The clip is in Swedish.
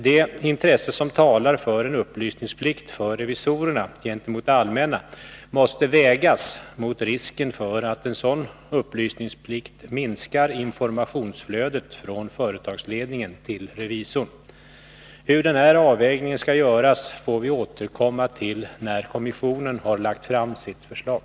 Det intresse som talar för en upplysningsplikt för revisorerna gentemot det allmänna måste emellertid vägas mot risken för att en sådan upplysningsplikt minskar informationsflödet från företagsledningen till revisorn. Hur den här avvägningen skall göras får vi återkomma till när kommissionen har lagt fram sitt förslag.